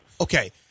Okay